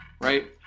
right